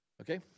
Okay